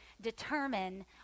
determine